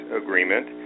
agreement